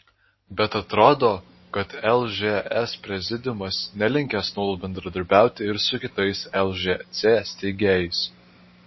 bet atrodo kad lžs prezidiumas nelinkęs nuolat bendradarbiauti ir su kitais lžc steigėjais